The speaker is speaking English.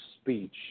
speech